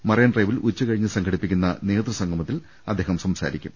marine ഡ്രൈവിൽ ഉച്ചകഴിഞ്ഞ് സംഘടിപ്പിക്കുന്ന നേതൃസംഗമത്തിൽ അദ്ദേഹം സംസാരിക്കും